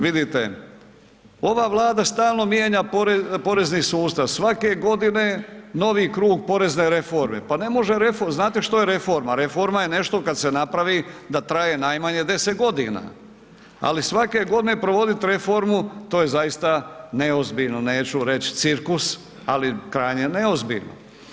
Vidite, ova Vlada stalno mijenja porezni sustav, svake godine novi krug porezne reforme, pa ne može reforma, znate što je reforma, reforma je nešto kad se napravi da traje najmanje 10 g. ali svake godine provodit reformu, to je zaista neozbiljno, neću reći cirkus ali krajnje neozbiljno.